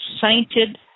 Sainted